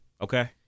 Okay